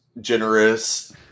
generous